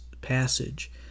passage